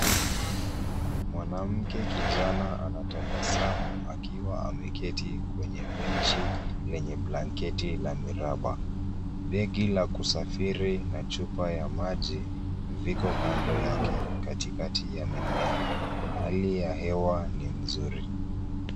Mwanamke kijana anatabasamu akiwa ameketi kwenye benchi lenye blanketi la miraba. Begi la kusafiri na chupa ya maji viko kando yake katikati ya mimea. Hali ya hewa ni nzuri.